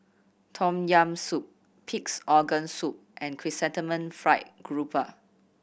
Tom Yam Soup Pig's Organ Soup and Chrysanthemum Fried Grouper